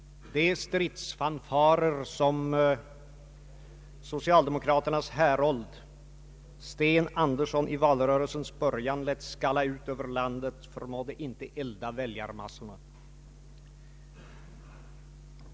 De stridsfanfarer som socialdemokraternas härold, Sten Andersson, i valrörelsens början lät skalla ut över landet förmådde inte elda väljarmassorna.